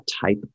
type